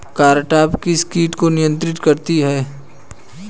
Cartap किस किट को नियंत्रित करती है?